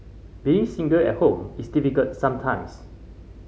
being single at home is difficult sometimes